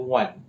one